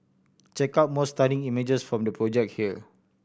check out more stunning images from the project here